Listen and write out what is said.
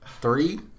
Three